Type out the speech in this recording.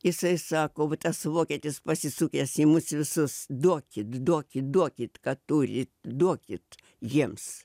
jisai sako va tas vokietis pasisukęs į mus visus duokit duokit duokit ką turit duokit jiems